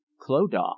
clodagh